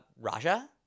Raja